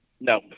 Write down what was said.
No